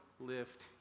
lift